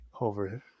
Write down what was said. over